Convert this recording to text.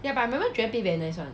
ya but I remember joanne peh very nice [one]